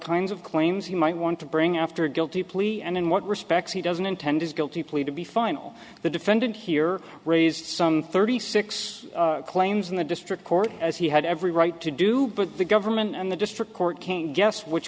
kinds of claims he might want to bring after a guilty plea and in what respect he doesn't intend his guilty plea to be final the defendant here raised some thirty six claims in the district court as he had every right to do but the government and the district court can't guess which